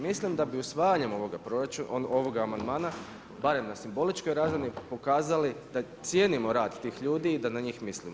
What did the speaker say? Mislim da bi usvajanje ovoga amandmana, barem na simboličkoj razini, pokazali da cijenimo rad tih ljudi i da na njih mislimo.